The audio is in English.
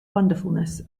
wonderfulness